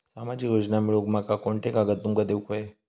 सामाजिक योजना मिलवूक माका कोनते कागद तुमका देऊक व्हये?